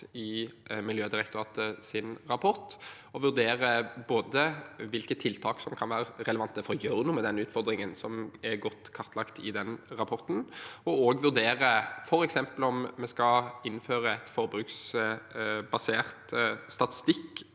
i Miljødirektoratets rapport, og vurdere både hvilke tiltak som kan være relevante for å gjøre noe med den utfordringen som er godt kartlagt i rapporten, om vi f.eks. skal innføre forbruksbasert statistikk